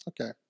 Okay